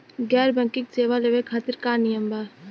गैर बैंकिंग सेवा लेवे खातिर का नियम बा?